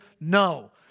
No